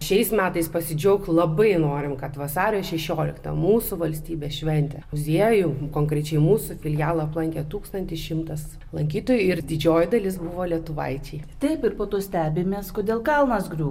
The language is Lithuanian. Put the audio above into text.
šiais metais pasidžiaugti labai norime kad vasario šešioliktą mūsų valstybės šventę muziejų konkrečiai mūsų filialą aplankė tūkstantis šimtas lankytojų ir didžioji dalis buvo lietuvaičiai taip ir po to stebimės kodėl kalnas griūva